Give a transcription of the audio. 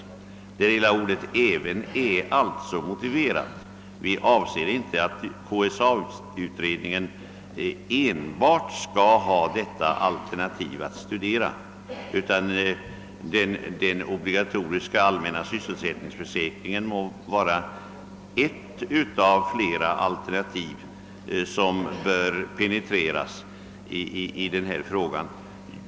Vi anser alltså inte att KSA-utredningen enbart skall studera det obligatoriska alternativet. Den allmänna sysselsättningsförsäkringen må bli ett av flera alternativ som penetreras.